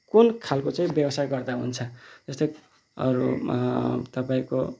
कुन खालको चाहिँ व्यवसाय गर्दा हुन्छ जस्तैहरूमा तपाईँको